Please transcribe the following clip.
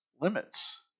limits